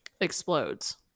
explodes